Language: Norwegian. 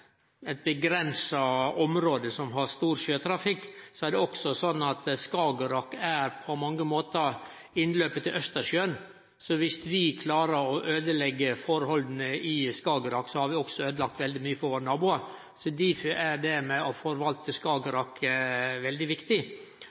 eit avgrensa område som har stor sjøtrafikk, er Skagerrak også på mange måtar innløpet til Østersjøen. Så viss vi klarer å øydeleggje forholda i Skagerrak, har vi også øydelagt veldig mykje for våre naboar. Difor er det å forvalte Skagerrak veldig viktig.